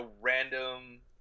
random